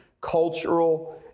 cultural